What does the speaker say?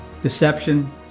deception